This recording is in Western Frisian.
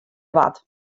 wat